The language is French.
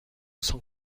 cent